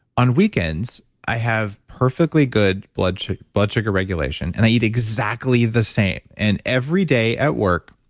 on weekends, i have perfectly good blood sugar blood sugar regulation and i eat exactly the same. and every day at work,